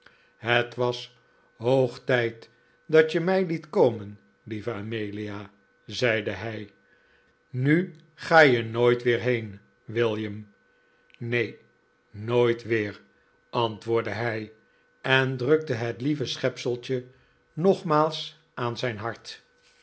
het was hoog tijd dat je mij liet komen lieve amelia zeide hij nu ga je nooit weer heen william neen nooit weer antwoordde hij en drukte het lieve schepseltje nogmaals aan zijn hart